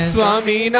Swami